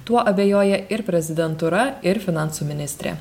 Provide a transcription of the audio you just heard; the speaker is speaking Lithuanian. tuo abejoja ir prezidentūra ir finansų ministrė